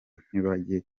ntibajye